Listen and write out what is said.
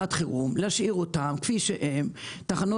להשאיר אותן לשעת חירום כפי שהן.